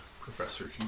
Professor